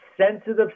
sensitive